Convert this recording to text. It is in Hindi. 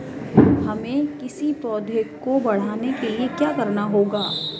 हमें किसी पौधे को बढ़ाने के लिये क्या करना होगा?